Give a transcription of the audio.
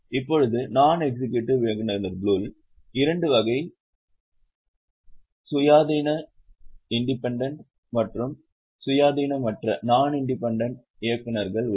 இப்போது non executive இயக்குநர்களுக்குள் 2 வகைகள் சுயாதீன மற்றும் சுயாதீனமற்ற இயக்குநர்கள் உள்ளனர்